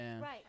Right